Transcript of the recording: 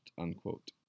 unquote